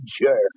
jerk